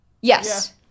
yes